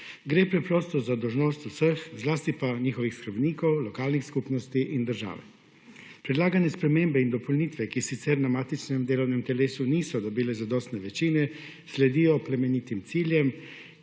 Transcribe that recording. Gre preprosto za dolžnost vseh, zlasti pa njihovih skrbnikov, lokalnih skupnosti in države. Predlagane spremembe in dopolnitve, ki sicer na matičnem delovnem telesu niso dobile zadostne večine, sledijo plemenitim ciljem,